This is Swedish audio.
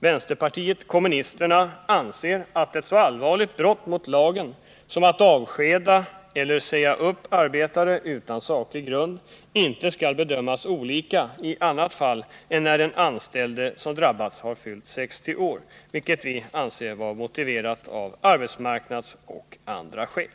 Vänsterpartiet kommunisterna anser att ett så allvarligt brott mot lagen som att avskeda eller säga upp arbetare utan saklig grund inte skall bedömas olika i annat fall än när den anställde som drabbats har fyllt 60 år, vilket vi anser vara motiverat av arbetsmarknadsoch andra skäl.